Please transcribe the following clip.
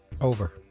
Over